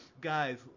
guys